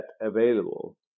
available